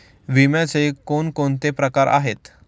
विम्याचे कोणकोणते प्रकार आहेत?